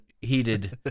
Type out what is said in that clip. heated